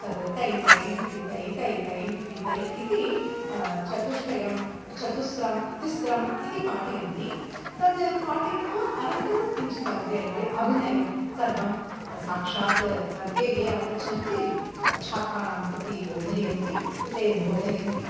तद् तै तै दिद्दितै तै तै दिद्दितै इति चतुष्टयं चतुस्रं तिस्रम् इति पाठयन्ति तद् पाठयित्वा अनन्तरं किञ्चित् अग्रे अग्रे अभिनयं सर्वं साक्षात् वर्गे ये आगच्छन्ति छात्राणां कृति बोधयन्ति कृते बोधयन्ति